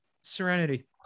serenity